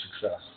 success